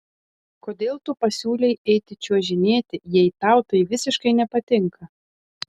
kodėl tu pasiūlei eiti čiuožinėti jei tau tai visiškai nepatinka